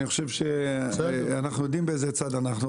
אני חושב שאנחנו יודעים באיזה צד אנחנו,